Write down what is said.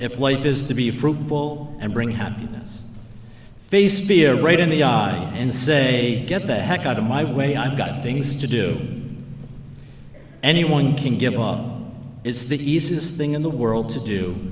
if life is to be fruitful and bring happiness face peer right in the eyes and say get the heck out of my way i've got things to do anyone can give is the easiest thing in the world to do